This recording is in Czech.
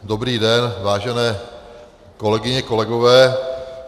Dobrý den, vážené kolegyně, kolegové.